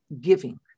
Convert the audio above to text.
giving